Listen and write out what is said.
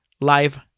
live